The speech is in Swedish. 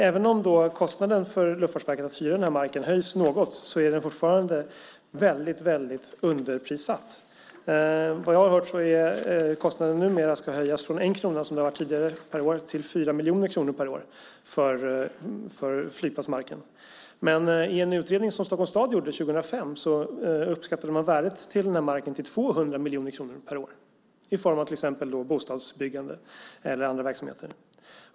Även om kostnaden för Luftfartsverket att hyra marken höjs något är marken fortfarande väldigt underprissatt. Vad jag har hört ska kostnaden för flygplatsmarken höjas från 1 krona, som det har varit tidigare, per år till 4 miljoner kronor per år. Men i en utredning som Stockholms stad gjorde 2005 uppskattade man värdet av den här marken till 200 miljoner kronor per år, i form av till exempel bostadsbyggande eller andra verksamheter.